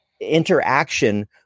interaction